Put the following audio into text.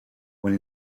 when